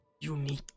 unique